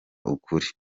ukuri